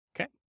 okay